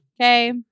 Okay